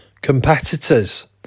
competitors